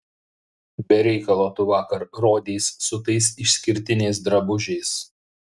be reikalo tu vakar rodeis su tais išskirtiniais drabužiais